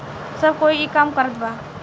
सब कोई ई काम करत बा